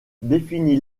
défini